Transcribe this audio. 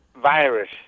virus